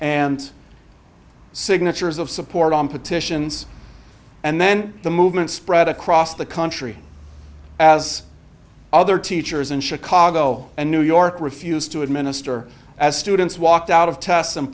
and signatures of support on petitions and then the movement spread across the country as other teachers in chicago and new york refused to administer as students walked out of tests in